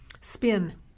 spin